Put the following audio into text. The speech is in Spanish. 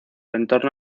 entorno